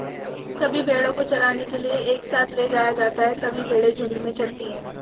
सभी भेड़ों को चराने के लिए एक साथ ले जाया जाता है सभी भेड़ें झुंड में चरती है